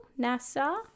NASA